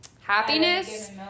happiness